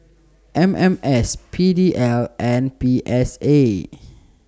M M S P D L and P S A